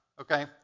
okay